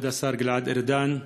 כבוד השר גלעד ארדן,